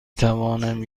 توانم